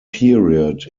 period